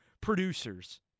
producers